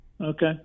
Okay